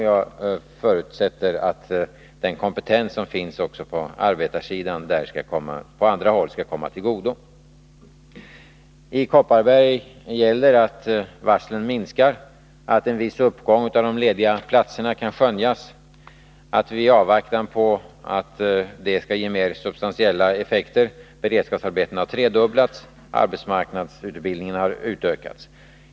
Jag förutsätter att den kompetens som finns på arbetarsidan där också skall komma andra till godo. I fråga om Kopparbergs län är det så att antalet varsel minskar, att en viss uppgång ii antalet lediga platser kan skönjas, att antalet beredskapsarbeten, i avvaktan på att detta skall ge mera substansiella effekter, har tredubblats. Arbetsmarknadsutbildningen har utökats.